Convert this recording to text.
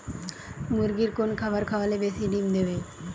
মুরগির কোন খাবার খাওয়ালে বেশি ডিম দেবে?